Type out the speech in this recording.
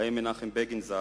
בהם מנחם בגין ז"ל,